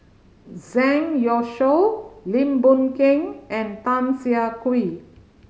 Zang Youshuo Lim Boon Keng and Tan Siah Kwee